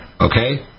okay